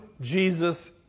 Jesus